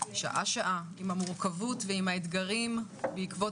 שעה שעה עם המורכבות ועם האתגרים בעקבות